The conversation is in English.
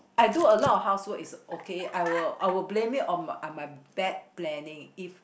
I do a lot of housework is okay I will I will blame it on my on my bad planning if